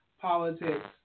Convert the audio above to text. politics